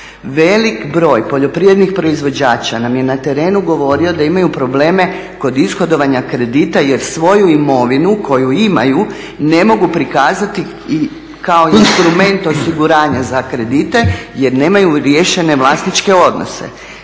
Velik broj poljoprivrednih proizvođača nam je na terenu govorio da imaju probleme kod ishodovanja kredita jer svoju imovinu koju imaju ne mogu prikazati kao instrument osiguranja za kredite jer nemaju riješene vlasničke odnose.